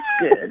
good